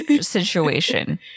situation